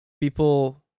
people